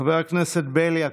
חבר הכנסת בליאק,